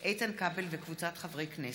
איתן כבל וקבוצת חברי הכנסת,